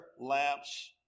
lamps